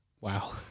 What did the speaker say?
Wow